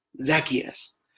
Zacchaeus